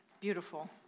Beautiful